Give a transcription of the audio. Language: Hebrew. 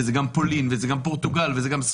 וגם פולין וגם ספרד.